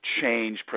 change